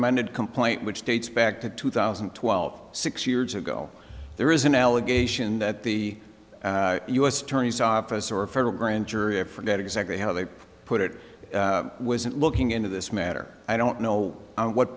amended complaint which dates back to two thousand and twelve six years ago there is an allegation that the u s attorney's office or a federal grand jury i forget exactly how they put it was it looking into this matter i don't know what